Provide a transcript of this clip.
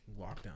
Lockdown